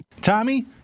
Tommy